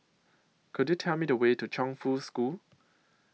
Could YOU Tell Me The Way to Chongfu School